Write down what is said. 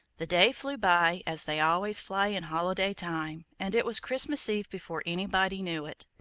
the days flew by, as they always fly in holiday time, and it was christmas eve before anybody knew it.